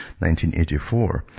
1984